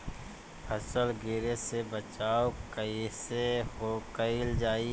फसल गिरे से बचावा कैईसे कईल जाई?